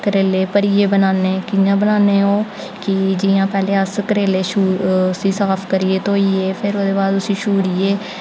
करेले भरियै बनाने कि'यां बनाने ओह् कि जि'यां पैह्लें अस करेले उसी साफ करियै धोइयै फिर ओह्दे बाद उसी छुरियै